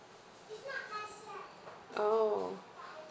oh